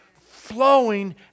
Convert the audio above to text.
flowing